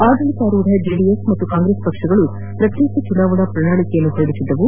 ಆಡಳಿತಾರೂಢ ಜೆಡಿಎಸ್ ಮತ್ತು ಕಾಂಗ್ರೆಸ್ ಪಕ್ಷಗಳು ಪ್ರತ್ಯೇಕ ಚುನಾವಣಾ ಪ್ರಣಾಳಿಕೆಗಳನ್ನು ಹೊರಡಿಸಿದ್ದವು